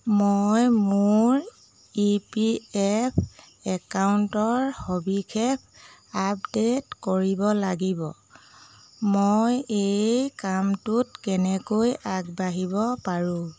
মই মোৰ E P F একাউণ্টৰ সবিশেষ আপডে'ট কৰিব লাগিব মই এই কামটোত কেনেকৈ আগবাঢ়িব পাৰোঁ